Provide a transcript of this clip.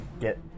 Get